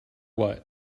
what